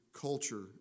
culture